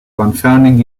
confounding